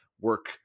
work